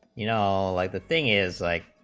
you know like the thing is like